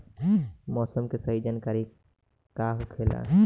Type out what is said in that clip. मौसम के सही जानकारी का होखेला?